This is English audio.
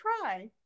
try